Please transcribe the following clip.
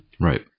Right